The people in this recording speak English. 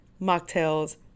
mocktails